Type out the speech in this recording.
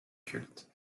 cultes